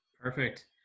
Perfect